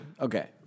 Okay